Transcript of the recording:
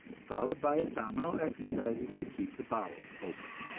followed by abdominal exercises to keep the bowels open.